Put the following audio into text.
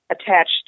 attached